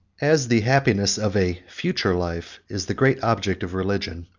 as the happiness of a future life is the great object of religion,